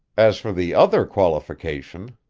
as for the other qualification,